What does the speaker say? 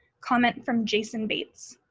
comment from jason bates.